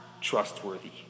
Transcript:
trustworthy